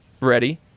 ready